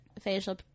facial